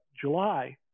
July